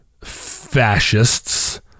fascists